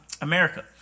america